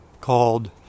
called